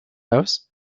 house